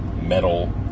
metal